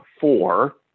four